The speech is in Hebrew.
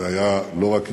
הוא היה לא רק עיתונאי,